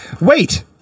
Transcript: wait